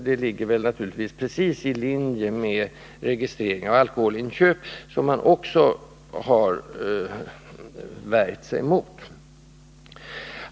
Det ligger också precis i linje med frågan om registrering av alkoholinköp, vilket man också har värjt sig emot.